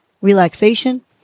relaxation